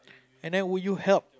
and then would you help